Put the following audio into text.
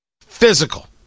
physical